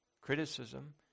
Criticism